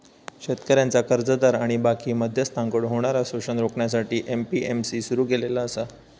शेतकऱ्यांचा कर्जदार आणि बाकी मध्यस्थांकडसून होणारा शोषण रोखण्यासाठी ए.पी.एम.सी सुरू केलेला आसा